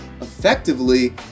effectively